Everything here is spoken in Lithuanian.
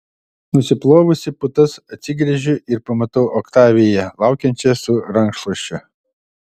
nusiplovusi putas atsigręžiu ir pamatau oktaviją laukiančią su rankšluosčiu